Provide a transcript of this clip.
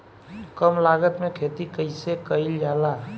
कम लागत में खेती कइसे कइल जाला?